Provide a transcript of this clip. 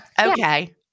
okay